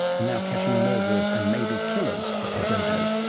and now catching murderers and maybe killers of the dodo